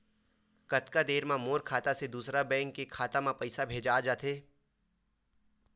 कतका देर मा मोर खाता से दूसरा बैंक के खाता मा पईसा भेजा जाथे?